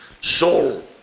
soul